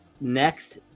next